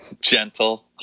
gentle